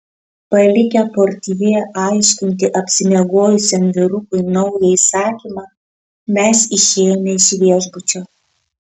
palikę portjė aiškinti apsimiegojusiam vyrukui naują įsakymą mes išėjome iš viešbučio